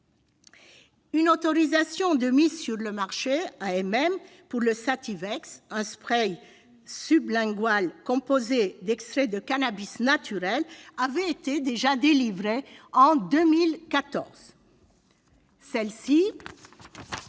Une autorisation de mise sur le marché pour le Sativex, un spray sublingual composé d'extraits de cannabis naturel, avait été délivrée en 2014. Mais,